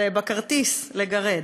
זה בכרטיס גירוד.